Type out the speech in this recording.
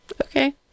okay